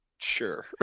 sure